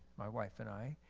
my wife and i,